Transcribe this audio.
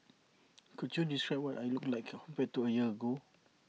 could you describe what I looked like compared to A year ago